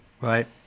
Right